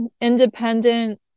independent